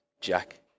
Jack